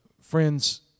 Friends